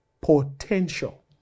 potential